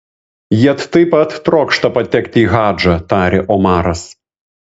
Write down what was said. jie taip pat trokšta patekti į hadžą tarė omaras